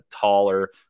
taller